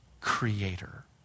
creator